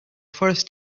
first